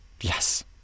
Yes